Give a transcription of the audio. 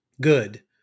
good